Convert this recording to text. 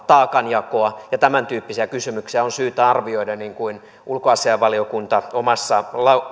taakanjakoa ja tämäntyyppisiä kysymyksiä on syytä arvioida niin kuin ulkoasiainvaliokunta omassa